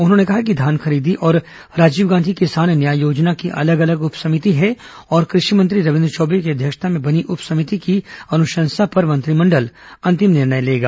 उन्होंने कहा कि धान खरीदी और राजीव गांधी किसान न्याय योजना की अलग अलग उप समिति है और कृषि मंत्री रविन्द्र चौबे की अध्यक्षता में बनी उप समिति की अनुशंसा पर मंत्रिमंडल अंतिम निर्णय लेगा